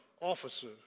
officer